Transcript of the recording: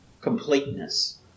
completeness